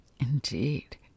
Indeed